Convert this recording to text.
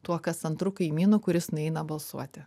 tuo kas antru kaimynu kuris nueina balsuoti